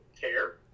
care